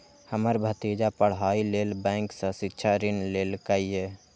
हमर भतीजा पढ़ाइ लेल बैंक सं शिक्षा ऋण लेलकैए